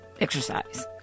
exercise